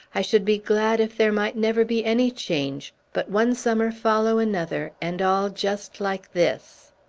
i should be glad if there might never be any change, but one summer follow another, and all just like this.